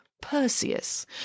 Perseus